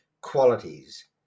qualities